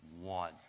one